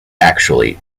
actually